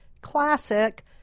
Classic